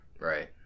Right